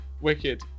Wicked